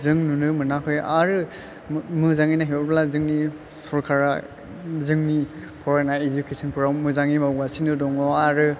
जों नुनो मोनाखै आरो मोजाङै नाहरोब्ला जोंनि सरखारा जोंनि फरायनाय इदुखेसनफोराव मोजाङै मावगासिनो दङ आरो